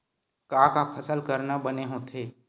का का फसल करना बने होथे?